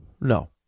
No